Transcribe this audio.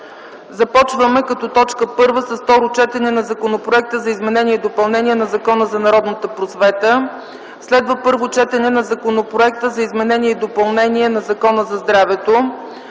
започваме с Второ четене на Законопроекта за изменение и допълнение на Закона за народната просвета. Следва Първо четене на Законопроекта за изменение и допълнение на Закона за здравето.